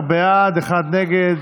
12 בעד, אחד נגד,